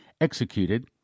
executed